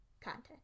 content